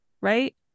right